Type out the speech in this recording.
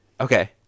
Okay